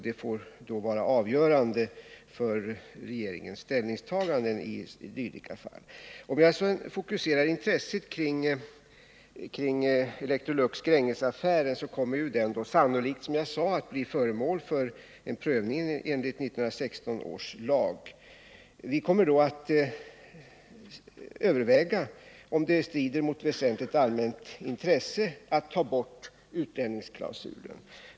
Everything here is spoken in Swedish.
Det får då vara avgörande för regeringens ställningstaganden i dylika fall. Låt mig så fokusera intresset kring Electrolux-Gränges-affären. Den kommer, som jag sade, sannolikt att bli föremål för en prövning enligt 1916 års lag. Vi kommer att överväga om det strider mot väsentligt allmänt intresse att ta bort utlänningsklausulen.